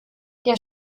der